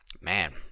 Man